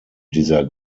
dieser